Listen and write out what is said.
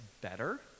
better